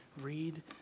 Read